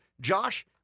Josh